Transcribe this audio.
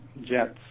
jets